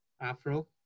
afro